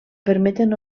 permeten